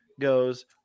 goes